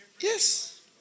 Yes